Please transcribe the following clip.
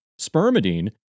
spermidine